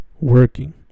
working